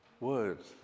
words